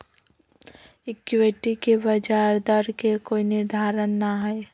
equity के ब्याज दर के कोई निर्धारण ना हई